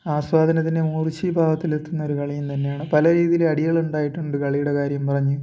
ആസ്വാധനത്തിൻ്റെ മൂർച്ചി ഭാഗത്തിൽ എത്തുന്ന ഒരു കളിയെന്ന് തന്നെയാണ് പല രീതിയിലും അടികളുണ്ടായിട്ടുണ്ട് കളിയുടെ കാര്യം പറഞ്ഞ്